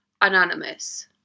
anonymous